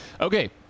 Okay